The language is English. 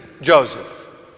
Joseph